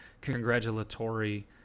congratulatory